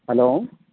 hello